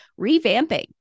revamping